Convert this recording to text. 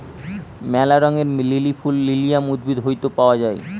ম্যালা রঙের লিলি ফুল লিলিয়াম উদ্ভিদ হইত পাওয়া যায়